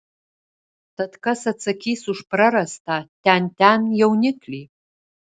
tad kas atsakys už prarastą tian tian jauniklį